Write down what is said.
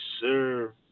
sir